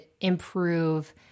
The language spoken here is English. improve